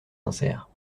sincères